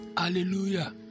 Hallelujah